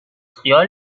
خیال